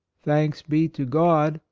thanks be to god,